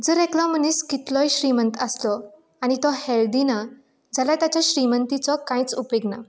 जर एकलो मनीस कितलोय श्रीमंत आसलो आनी तो हेल्दी ना जाल्यार ताच्या श्रिमंतीचो कांयच उपेग ना